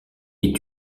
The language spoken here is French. est